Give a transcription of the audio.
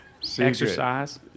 Exercise